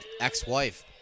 ex-wife